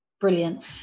Brilliant